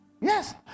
Yes